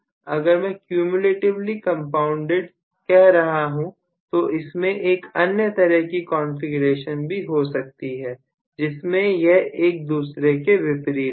अगर मैं cumulatively compounded कह रहा हूं तो इसमें एक अन्य तरह की कॉन्फ़िगरेशन भी हो सकती है जिनमें यह एक दूसरे के विपरीत हो